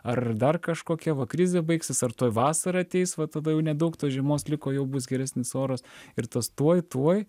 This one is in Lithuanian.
ar dar kažkokia va krizė baigsis ar tuoj vasara ateis va tada jau nedaug tos žiemos liko jau bus geresnis oras ir tas tuoj tuoj